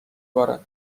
بارد